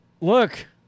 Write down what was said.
look